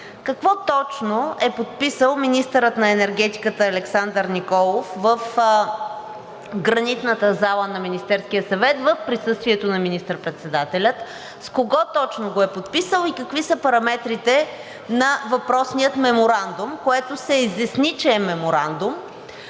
какво точно е подписал министърът на енергетиката Александър Николов в Гранитната зала на Министерския съвет в присъствието на министър-председателя, с кого точно го е подписал и какви са параметрите на въпросния меморандум, което се изясни, че е меморандум?